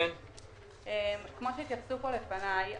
כמו שהתייחסו כאן לפניי,